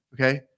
okay